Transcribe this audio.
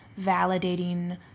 validating